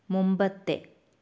മുമ്പത്തെ